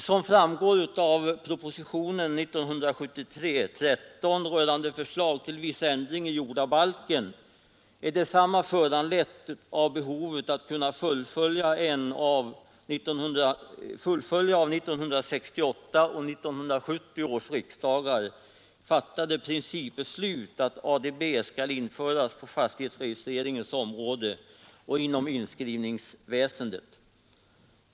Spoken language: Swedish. Som framgår av propositionen 13 år 1973 med förslag till viss ändring i jordabalken är förslaget föranlett av behovet att kunna fullfölja av 1968 och 1970 års riksdagar fattade principbeslut att ADB skall införas på fastighetsregistreringens område inom inskrivningsväsendet.